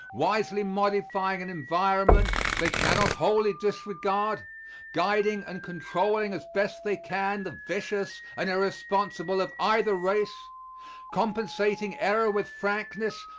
wisely modifying an environment they cannot wholly disregard guiding and controlling as best they can the vicious and irresponsible of either race compensating error with frankness,